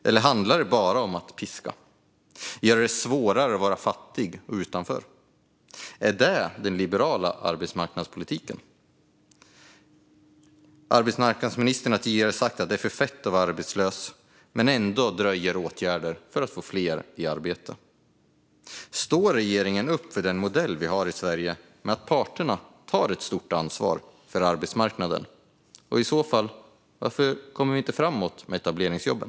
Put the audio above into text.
Eller handlar det bara om att piska och göra det svårare att vara fattig och utanför? Är detta den liberala arbetsmarknadspolitiken? Arbetsmarknadsministern har tidigare sagt att det är för fett att vara arbetslös. Men ändå dröjer åtgärder för att få fler i arbete. Står regeringen upp för den modell som vi har i Sverige med att parterna tar ett stort ansvar för arbetsmarknaden? I så fall, varför kommer vi inte framåt med etableringsjobben?